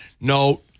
no